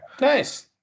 nice